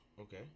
Okay